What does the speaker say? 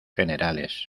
generales